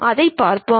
அதைப் பார்ப்போம்